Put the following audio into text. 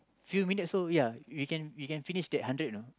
few minute also ya you can you can finish that hundred you know